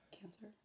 cancer